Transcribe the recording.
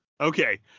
Okay